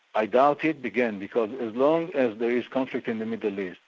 i doubt it, again because as long as there is conflict in the middle east,